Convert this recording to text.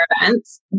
events